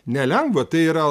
nelengva tai yra